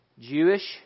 Jewish